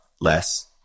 less